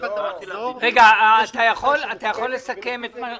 אתה יכול לסכם את דבריך?